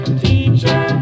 teacher